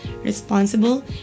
responsible